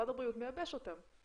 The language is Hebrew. משרד הבריאות מייבש אותם.